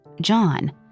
John